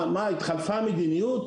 התחלפה המדיניות?